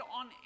on